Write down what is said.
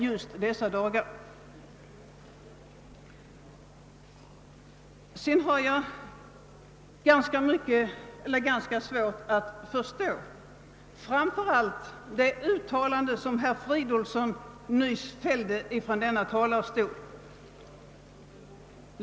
Jag har ganska svårt att förstå framför allt det uttalande som herr Fridolfsson i Stockholm nyss gjorde från denna talarstol.